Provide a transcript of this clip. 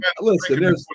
listen